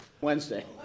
Wednesday